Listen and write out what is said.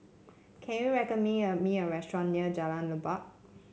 can you recommend me me a restaurant near Jalan Leban